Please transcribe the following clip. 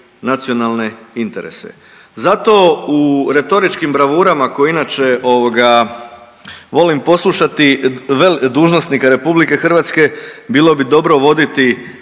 nacionalne interese. Zato u retoričkim bravurama koje inače ovoga volim poslušati dužnosnika RH bilo bi dobro voditi